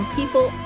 people